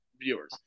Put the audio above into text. viewers